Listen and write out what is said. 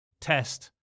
test